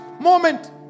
moment